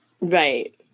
Right